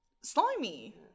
Slimy